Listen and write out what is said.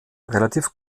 relativ